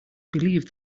believe